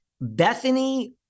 Bethany